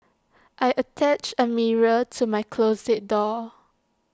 I attached A mirror to my closet door